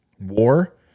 War